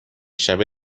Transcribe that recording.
شبه